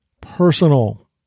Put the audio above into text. personal